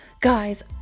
guys